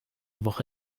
woche